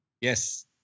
Yes